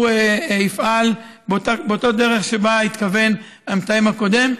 יפעל באותה דרך שאליה התכוון המתאם הקודם.